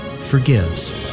forgives